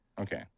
Okay